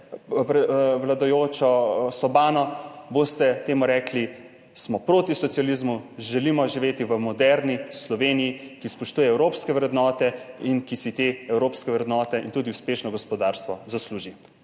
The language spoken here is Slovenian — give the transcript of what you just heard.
vladajočo sobano boste temu rekli, smo proti socializmu, želimo živeti v moderni Sloveniji, ki spoštuje evropske vrednote in ki si te evropske vrednote in tudi uspešno gospodarstvo zasluži.